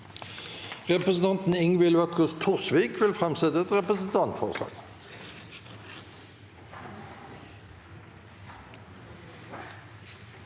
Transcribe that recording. Representanten Ingvild Wetrhus Thorsvik vil framsette et representantforslag.